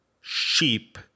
sheep